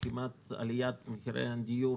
עליית מחירי הדיור